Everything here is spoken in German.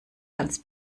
hans